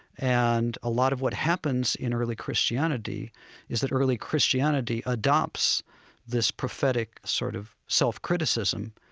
and a lot of what happens in early christianity is that early christianity adopts this prophetic sort of self-criticism,